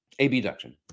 abduction